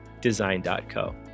Design.co